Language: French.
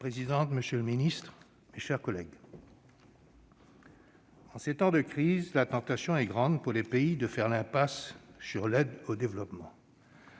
Madame la présidente, monsieur le ministre, mes chers collègues, en ces temps de crise, la tentation est grande pour les pays de faire l'impasse sur l'aide au développement.